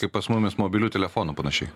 kaip pas mumis mobilių telefonų panašiai